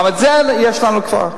גם זה יש לנו כבר.